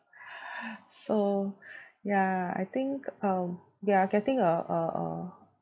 so ya I think um ya getting a a a